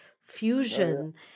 fusion